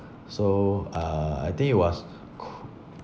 so uh I think it was qu~